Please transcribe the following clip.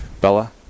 Bella